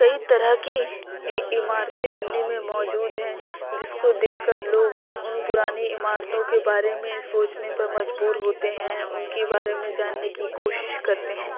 کئی طرح کی عمارتیں دلی میں موجود ہیں جس کو دیکھ کر لوگ ان پرانی عمارتوں کے بارے میں سوچنے پر مجبور ہوتے ہیں ان کے بارے میں جاننے کی کوشش کرتے ہیں